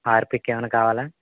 Harpic ఏమన్నా కావాల